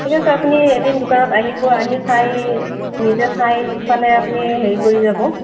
ঠিক আছে আপুনি এদিন দোকানত আহিব আহি চাই নিজে চাই ফালে আপুনি হেৰি কৰি যাব